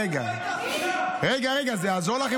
זה יעזור לך?